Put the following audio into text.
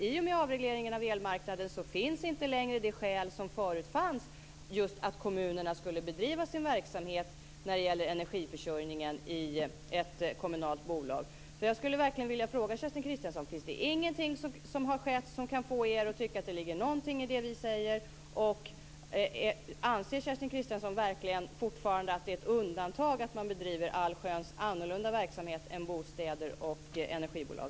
I och med avregleringen av elmarknaden finns inte längre de skäl som förut fanns, nämligen att kommunerna skulle bedriva sin verksamhet när det gäller energiförsörjningen i ett kommunalt bolag. Jag skulle verkligen vilja fråga Kerstin Kristiansson om det inte finns någonting som har skett som kan få er att tycka att det ligger någonting i det vi säger. Anser Kerstin Kristiansson verkligen fortfarande att det är ett undantag att man bedriver allsköns annan verksamhet än bostadsbolag och energibolag?